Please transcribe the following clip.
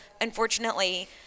unfortunately –